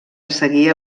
seguia